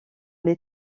les